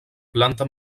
planta